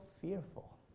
fearful